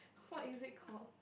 what is it call